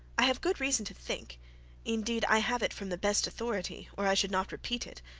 i have good reason to think indeed i have it from the best authority, or i should not repeat it,